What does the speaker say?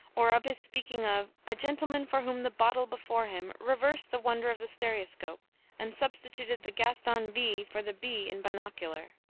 or of his speaking of a gentleman for whom the bottle before him reversed the wonder of the stereoscope and substituted the gaston v for the b in binocular,